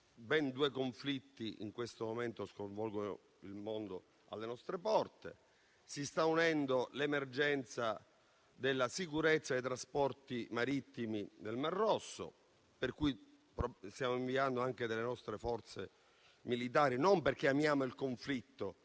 ben due conflitti in questo momento che sconvolgono il mondo alle nostre porte. A ciò si sta aggiungendo l'emergenza della sicurezza dei trasporti marittimi nel Mar Rosso, dove stiamo inviando anche delle nostre forze militari e non perché amiamo il conflitto,